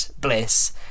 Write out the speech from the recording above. Bliss